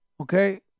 okay